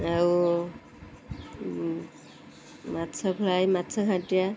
ଆଉ ମାଛ ଫ୍ରାଏ ମାଛଘାଟିଆ